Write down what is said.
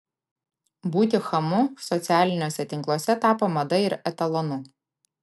būti chamu socialiniuose tinkluose tapo mada ir etalonu